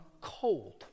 cold